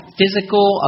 physical